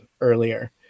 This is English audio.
earlier